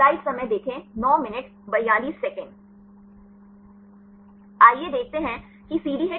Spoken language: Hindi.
आइए देखते हैं कि CD HIT कैसे काम करता है